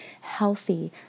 healthy